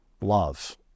love